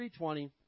3.20